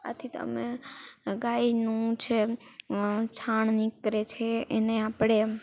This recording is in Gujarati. આથી તમે ગાયનું જે છાણ નીકળે છે એને આપણે